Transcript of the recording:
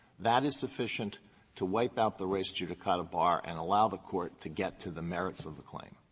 that is sufficient to wipe out the res judicata bar and allow the court to get to the merits of the claim?